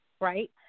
right